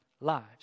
lives